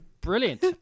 Brilliant